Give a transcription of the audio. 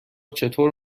چطور